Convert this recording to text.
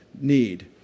need